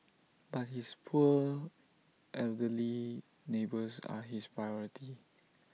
but his poor elderly neighbours are his priority